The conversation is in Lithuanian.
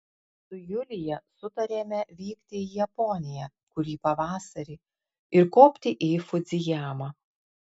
su julija sutarėme vykti į japoniją kurį pavasarį ir kopti į fudzijamą